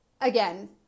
again